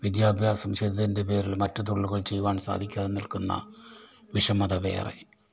വിദ്യാഭ്യാസം ചെയ്തതിൻ്റെ പേരിൽ മറ്റു തൊഴിലുകൾ ചെയ്യുവാൻ സാധിക്കാതെ നിൽക്കുന്ന വിഷമത വേറെ